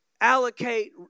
allocate